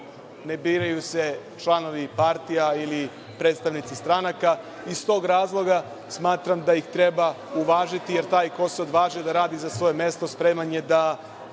ne biraju se članovi partija ili predstavnici stranaka. Iz tog razloga smatram da ih treba uvažiti, jer taj ko se odvažio da radi za svoje mesto, spreman je da